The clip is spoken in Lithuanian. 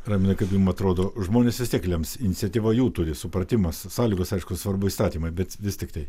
raimundai kaip jums atrodo žmonės vis tiek lems iniciatyva jau turi supratimas sąlygos aišku svarbu įstatymai bet vis tiktai